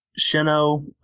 Shino